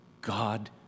God